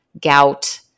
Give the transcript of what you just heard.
gout